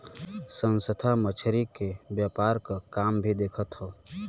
संस्था मछरी के व्यापार क काम भी देखत हौ